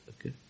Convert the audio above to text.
Okay